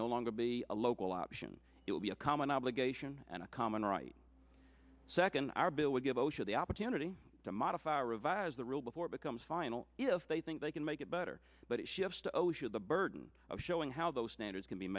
no longer be a local option it would be a common obligation and a common right second our bill would give osha the opportunity to modify or revise the rule before it becomes final if they think they can make it better but it shifts to osha the burden of showing how those standards can be